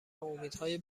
امیدهای